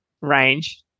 range